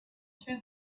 too